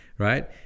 Right